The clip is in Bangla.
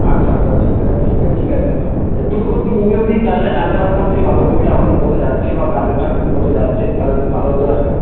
আচ্ছা আচ্ছা ঠিক আ ঠিক আ ঠিক আছে তবুও একটু মিনিমাম যদি চালটা জানতে পারতাম যে বাঁধাকপিটা এখন কত যাচ্ছে বা গাজরটা এখন কত যাচ্ছে তাহলে খুব ভাল হত আর কি